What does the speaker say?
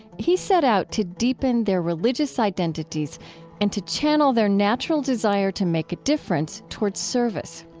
he set out to deepen their religious identities and to channel their natural desire to make a difference toward service.